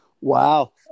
Wow